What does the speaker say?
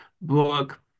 book